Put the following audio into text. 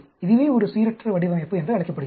இதுவே ஒரு சீரற்ற வடிவமைப்பு என்று அழைக்கப்படுகிறது